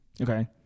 Okay